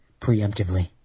preemptively